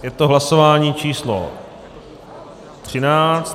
Je to hlasování číslo 13.